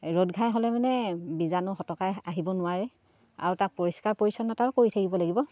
ৰ'দ ঘাই হ'লে মানে বীজাণু হটকাই আহিব নোৱাৰে আৰু তাক পৰিষ্কাৰ পৰিচ্ছন্নতাও কৰি থাকিব লাগিব